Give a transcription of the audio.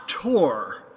tour